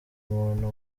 umuntu